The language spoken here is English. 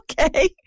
Okay